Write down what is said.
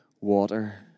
water